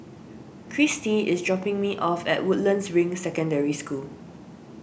Cristi is dropping me off at Woodlands Ring Secondary School